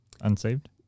Unsaved